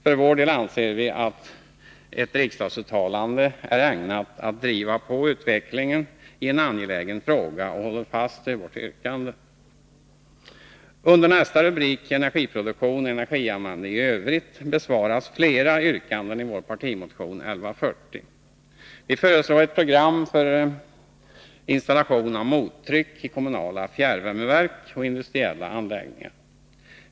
För vår del anser vi att ett riksdagsuttalande är ägnat att driva på utvecklingen i en angelägen fråga och håller fast vid vårt yrkande. Under nästa rubrik, Energiproduktionen och energianvändning i övrigt, behandlas flera av yrkandena i vår partimotion 1140. Vi föreslår ett program för installation av mottryck i kommunala fjärrvärmeverk och industriella anläggningar.